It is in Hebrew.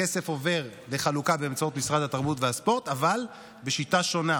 הכסף עובר לחלוקה באמצעות משרד התרבות והספורט אבל בשיטה שונה,